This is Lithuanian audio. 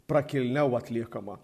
prakilniau atliekama